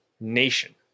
nation